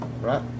right